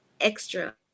extra